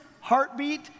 heartbeat